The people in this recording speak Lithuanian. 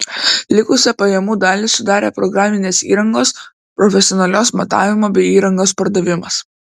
likusią pajamų dalį sudarė programinės įrangos profesionalios matavimo bei įrangos pardavimas